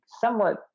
somewhat